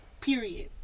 period